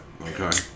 Okay